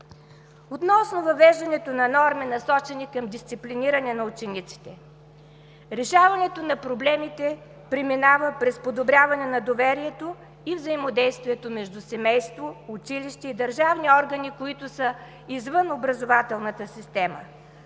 Относно въвеждането на норми, насочени към дисциплиниране на учениците. Решаването на проблемите преминава през подобряване на доверието и взаимодействието между семейство, училище и държавни органи, които са извън образователната система.